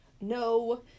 no